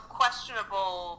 questionable